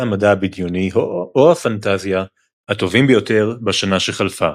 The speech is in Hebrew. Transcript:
המדע הבדיוני או הפנטזיה הטובים ביותר בשנה שחלפה.